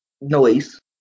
noise